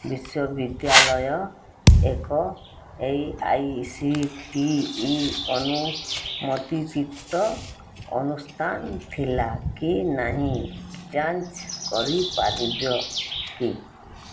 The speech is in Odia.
ବିଶ୍ୱ ବିଦ୍ୟାଲୟ ଏକ A I C T E ଅନୁମୋଦିତ ଅନୁଷ୍ଠାନ ଥିଲା କି ନାହିଁ ଯାଞ୍ଚ କରିପାରିବ କି